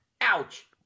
Ouch